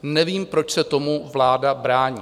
Nevím, proč se tomu vláda brání.